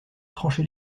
tranché